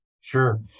Sure